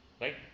Right